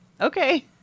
Okay